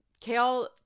Kale